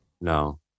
No